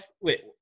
Wait